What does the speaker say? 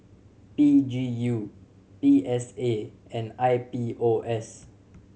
P G U P S A and I P O S